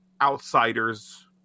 Outsiders